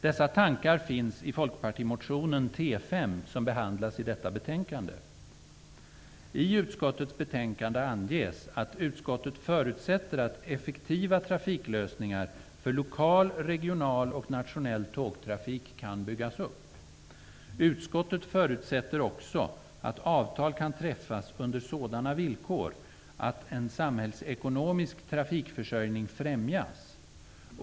Dessa tankar finns i folkpartimotionen T5, som behandlas i detta betänkande. I utskottets betänkande anges att utskottet förutsätter att effektiva trafiklösningar för lokal, regional och nationell tågtrafik kan byggas upp. Utskottet förutsätter också att avtal kan träffas under sådana villkor att en samhällsekonomisk trafikförsörjning främjas.